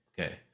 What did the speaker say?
okay